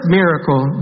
miracle